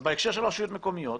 בהקשר של רשויות מקומיות,